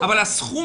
אבל הסכום